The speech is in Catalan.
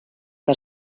que